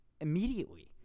immediately